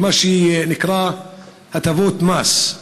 ממה שנקרא הטבות מס.